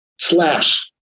slash